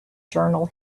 journal